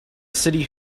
city